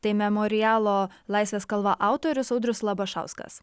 tai memorialo laisvės kalva autorius audrius labašauskas